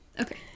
Okay